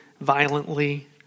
violently